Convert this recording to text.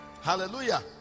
Hallelujah